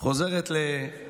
תחזור בך, פעם אחת.